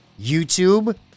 YouTube